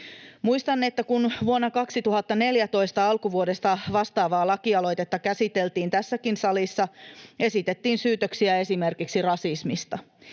Muistan, että kun vuonna 2014 alkuvuodesta vastaavaa lakialoitetta käsiteltiin tässäkin salissa, esitettiin syytöksiä esimerkiksi rasismista.